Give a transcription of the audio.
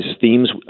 themes